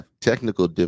Technical